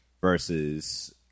versus